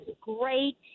great